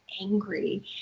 angry